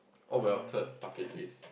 oh well third bucket list